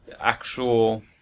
actual